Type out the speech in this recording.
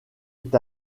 est